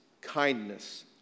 kindness